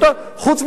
כמובן,